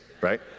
right